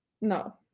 No